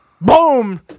Boom